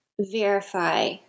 verify